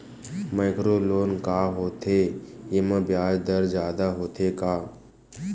Micro loan का होथे येमा ब्याज दर जादा होथे का?